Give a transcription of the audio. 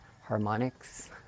harmonics